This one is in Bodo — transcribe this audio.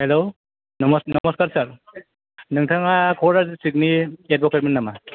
हेल' नम' नम'स्कार सार नोंथाङा क'क्राझार दिस्ट्रिकनि एडभकेट मोन नामा